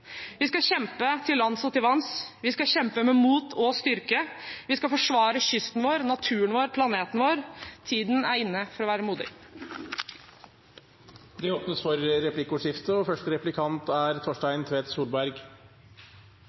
Vi skal kjempe i Norge, vi skal kjempe til lands og til vanns, vi skal kjempe med mot og styrke, vi skal forsvare kysten vår, naturen vår og planeten vår. Tiden er inne for å være modig. Det blir replikkordskifte.